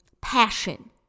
passion